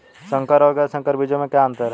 संकर और गैर संकर बीजों में क्या अंतर है?